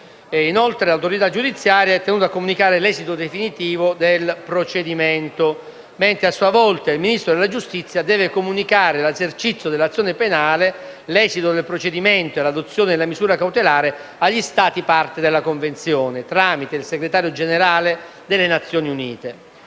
Inoltre, l'autorità giudiziaria è tenuta a comunicare l'esito definitivo del procedimento, mentre, a sua volta, il Ministro della giustizia deve comunicare l'esercizio dell'azione penale, l'esito del procedimento e l'adozione della misura cautelare agli Stati parte della Convenzione, tramite il Segretario Generale delle Nazioni Unite.